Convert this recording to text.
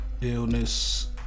illness